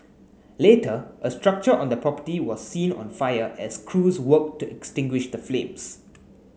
later a structure on the property was seen on fire as crews worked to extinguish the flames